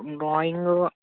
drawing